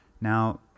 Now